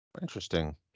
Interesting